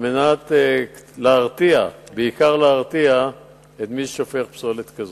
בעיקר על מנת להרתיע את מי ששופך פסולת כזאת.